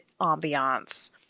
ambiance